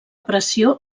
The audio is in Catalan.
pressió